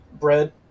Bread